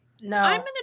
No